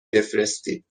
بفرستید